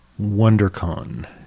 WonderCon